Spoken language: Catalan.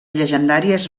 llegendàries